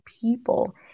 people